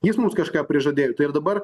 jis mums kažką prižadėjo tai ir dabar